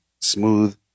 smooth